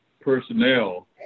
personnel